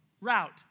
route